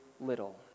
little